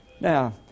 now